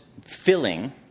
filling